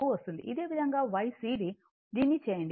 అదే విధంగాYcd దీన్ని చేయండి ఇది 0